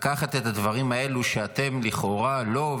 לקחת את הדברים האלה שאתם לכאורה לא,